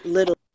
Little